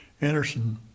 Anderson